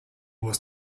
was